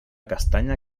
castanya